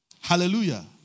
Hallelujah